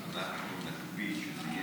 נקפיד שזה יהיה